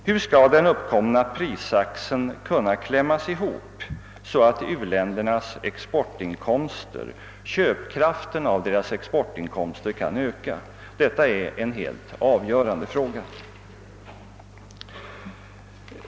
Hur skall den uppkomna prissaxen kunna klämmas ihop, så att köpkraften i u-ländernas exportinkomster kan öka? Detta är en helt avgörande fråga.